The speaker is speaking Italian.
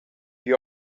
più